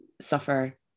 suffer